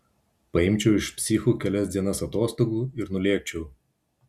paimčiau iš psichų kelias dienas atostogų ir nulėkčiau